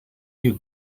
you